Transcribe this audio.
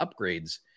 upgrades